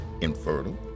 infertile